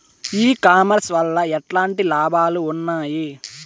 ఈ కామర్స్ వల్ల ఎట్లాంటి లాభాలు ఉన్నాయి?